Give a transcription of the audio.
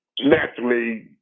naturally